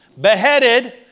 beheaded